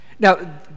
Now